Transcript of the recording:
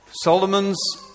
Solomon's